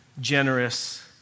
generous